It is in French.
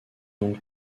donc